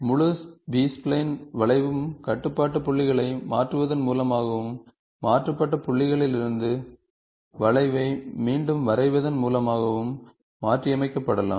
முழு B spline வளைவும் கட்டுப்பாட்டு புள்ளிகளை மாற்றுவதன் மூலமாகவும் மாற்றப்பட்ட புள்ளிகளிலிருந்து வளைவை மீண்டும் வரைவதன் மூலமாகவும் மாற்றியமைக்கப்படலாம்